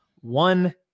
one